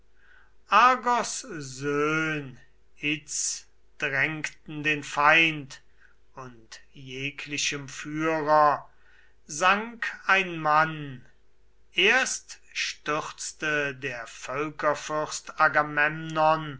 drängten den feind und jeglichem führer sank ein mann erst stürzte der